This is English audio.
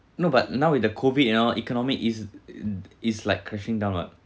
no but now with the COVID and all economy is in is like crashing down what